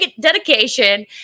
dedication